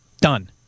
done